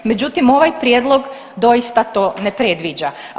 Međutim, ovaj prijedlog doista to ne predviđa.